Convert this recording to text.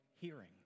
hearing